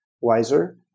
wiser